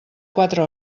quatre